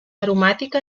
aromàtica